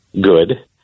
good